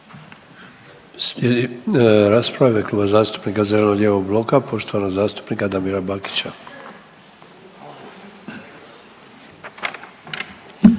Slijedi rasprava u ime Kluba zastupnika zeleno-lijevog bloka poštovanog zastupnika Damira Bakića.